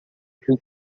who